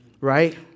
right